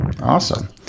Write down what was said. Awesome